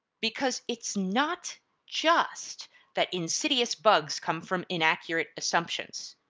because it's not just that insidious bugs come from inaccurate assumptions,